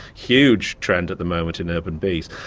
huge trend at the moment in urban bees.